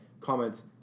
Comments